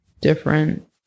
different